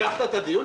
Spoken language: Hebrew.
המשכת את הדיון?